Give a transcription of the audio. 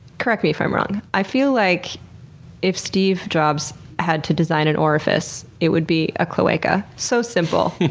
correct me if i'm wrong, i feel like if steve jobs had to design an orifice it would be a cloaca. so simple.